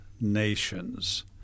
nations